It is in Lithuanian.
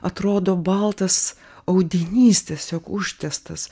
atrodo baltas audinys tiesiog užtiestas